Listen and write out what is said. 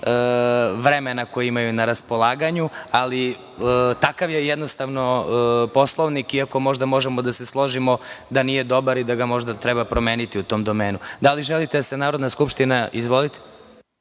vremena koje imaju na raspolaganju, ali takav je jednostavno Poslovnik, iako možda možemo da se složimo da nije dobar i da ga možda treba promeniti u tom domenu. Da li želite da se Narodna skupština